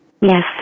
Yes